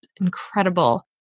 incredible